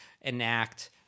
enact